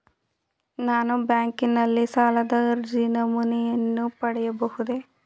ನಾನು ಬ್ಯಾಂಕಿನಲ್ಲಿ ಸಾಲದ ಅರ್ಜಿ ನಮೂನೆಯನ್ನು ಪಡೆಯಬಹುದೇ?